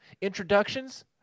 Introductions